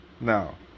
Now